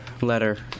letter